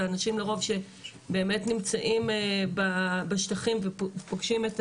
זה אנשים שלרוב באמת נמצאים בשטחים ופוגשים את